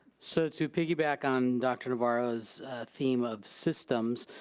so to piggyback on dr. navarro's theme of systems,